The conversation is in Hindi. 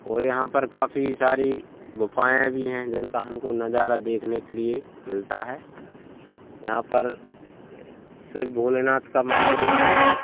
और यहाँ पर काफ़ी सारी गुफ़ाएँ भी हैं जिनका हमको नज़ारा देखने के लिए मिलता है यहाँ पर शिव भोलेनाथ का मंदिर भी है